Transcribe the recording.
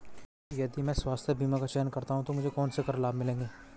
यदि मैं स्वास्थ्य बीमा का चयन करता हूँ तो मुझे कौन से कर लाभ मिलेंगे?